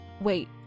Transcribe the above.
Wait